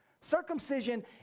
Circumcision